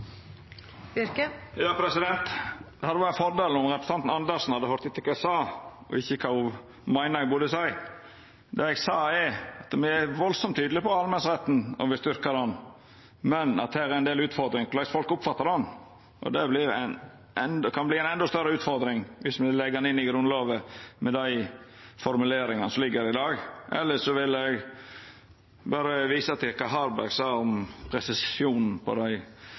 Det hadde vore ein fordel om representanten Karin Andersen hadde høyrt etter kva eg sa, og ikkje kva ho meiner eg burde seia. Det eg sa, var at me er veldig tydelege på at me vil styrkja allemannsretten, men at det er ein del utfordringar med korleis folk oppfattar han. Og det kan verta ei endå større utfordring viss me legg han inn i Grunnlova med dei formuleringane som ligg her i dag. Elles vil eg berre visa til kva Harberg sa om presisjonen i dei